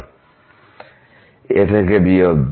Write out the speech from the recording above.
fx fnx2 a থেকে b অবধি